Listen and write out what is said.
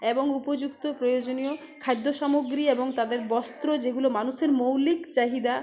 এবং উপযুক্ত প্রয়োজনীয় খাদ্যসামগ্রী এবং তাদের বস্ত্র যেগুলো মানুষের মৌলিক চাহিদা